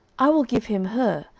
i will give him her,